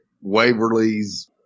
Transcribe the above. Waverly's